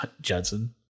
judson